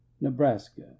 Nebraska